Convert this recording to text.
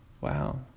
Wow